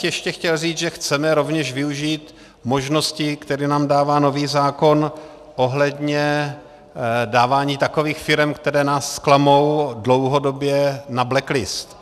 Ještě bych chtěl říci, že chceme rovněž využít možnosti, které nám dává nový zákon ohledně dávání takových firem, které nás zklamou dlouhodobě, na blacklist.